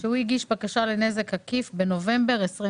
הוא הגיש בקשה לנזק עקיף בנובמבר 2021